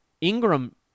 Ingram